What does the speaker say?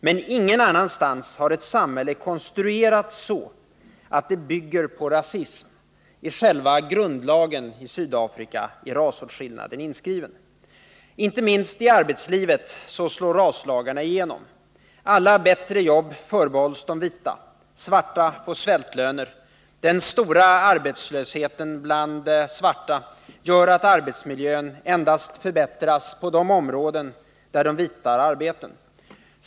Men ingen annanstans har ett samhälle konstruerats så, att det bygger på rasism. I Sydafrika är rasåtskillnaden inskriven i själva grundlagen. Inte minst i arbetslivet slår raslagarna igenom. Alla bättre arbeten förbehålls de vita. Svarta får svältlöner. Den stora arbetslösheten bland svarta gör att arbetsmiljön endast förbättras på de områden där de vita har arbeten.